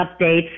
updates